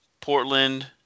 Portland